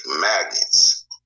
magnets